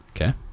Okay